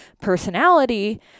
personality